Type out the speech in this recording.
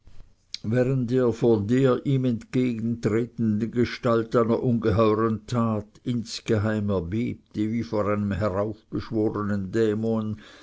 während er vor der ihm entgegentretenden gestalt einer ungeheuern tat insgeheim erbebte wie vor einem heraufbeschworenen dämon